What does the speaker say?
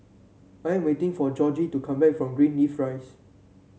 I am waiting for Georgie to come back from Greenleaf Rise